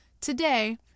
Today